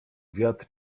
wiatr